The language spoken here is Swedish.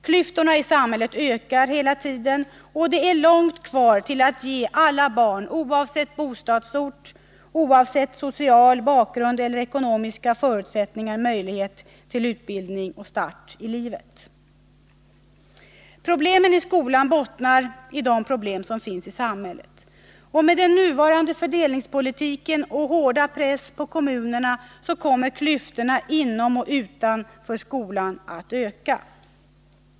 Klyftorna i samhället ökar hela tiden, och det är långt kvar till att ge alla barn, oavsett bostadsort, social bakgrund och ekonomiska förutsättningar, möjlighet till utbildning och start i livet. Problemen i skolan bottnar i de problem som finns i samhället. Med nuvarande fördelningspolitik och hårda press på kommunerna kommer också klyftorna utom och inom skolan att öka.